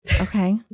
Okay